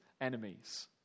enemies